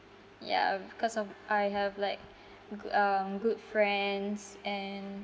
ya because of I have like goo~ um good friends and